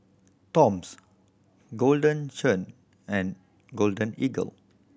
Toms Golden Churn and Golden Eagle